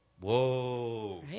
Whoa